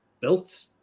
built